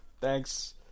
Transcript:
thanks